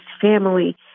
family